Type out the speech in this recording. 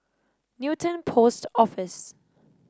Newton Post Office